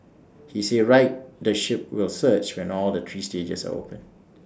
he said ridership will surge when all three stages are open